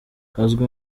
azwi